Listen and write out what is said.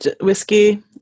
whiskey